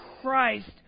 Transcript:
Christ